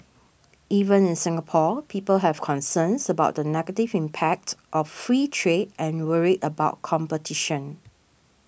even in Singapore people have concerns about the negative impact of free trade and worry about competition